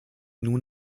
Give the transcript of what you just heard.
nun